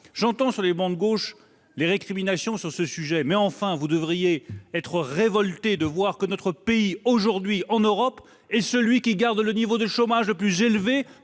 J'entends, sur les travées de gauche, des récriminations sur ce sujet, mais, enfin, vous devriez être révoltés de voir que notre pays est aujourd'hui, en Europe, celui qui conserve le taux de chômage le plus élevé,